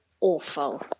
Awful